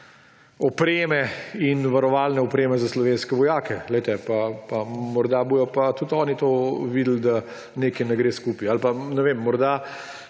opreme in varovalne opreme za slovenske vojake. Morda bodo pa tudi oni videli, da nekaj ne gre skupaj. Ali pa, ne vem, če